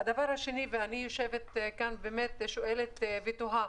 דבר שני אני יושבת כאן, שואלת ותוהה